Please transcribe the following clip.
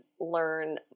learn